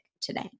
today